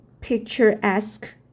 picturesque